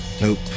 Nope